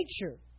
nature